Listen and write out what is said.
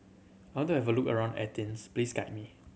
want to have a look around Athens please guide me